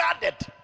guarded